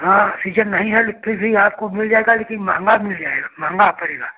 हाँ सीजन नहीं है किसी लेकिन आपको मिल जाएगा लेकिन महँगा मिल जाएगा महँगा पड़ेगा